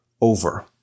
over